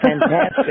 fantastic